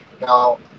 Now